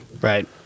Right